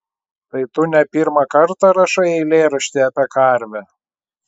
tai tu ne pirmą kartą rašai eilėraštį apie karvę